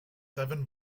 seven